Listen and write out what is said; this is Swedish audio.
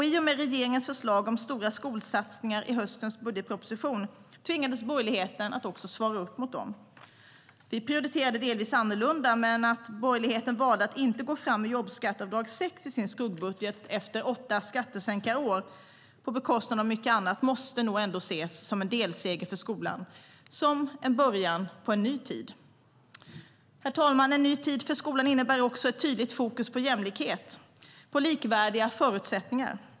I och med regeringens förslag om stora skolsatsningar i höstens budgetproposition tvingades borgerligheten att också svara upp mot dem. Vi prioriterade delvis annorlunda, men att borgerligheten valde att inte gå fram med jobbskatteavdrag 6 i sin skuggbudget efter åtta skattesänkarår på bekostnad av mycket annat måste ändå ses som en delseger för skolan - en början på en ny tid. Herr talman! En ny tid för skolan innebär också ett tydligt fokus på jämlikhet, på likvärdiga förutsättningar.